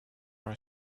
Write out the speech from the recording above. are